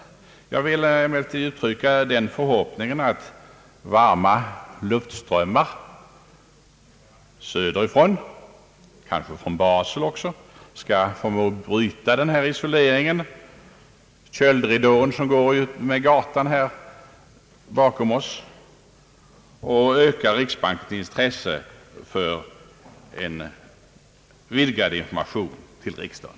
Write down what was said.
Jag vill emellertid uttrycka den förhoppningen att varma luftströmmar söderifrån, kanske från Basel, skall förmå bryta denna isolering och smälta ned den köldridå, som går utmed gatan bakom riksdagshuset, och öka riksbankens intresse för en vidgad information till riksdagen.